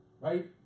Right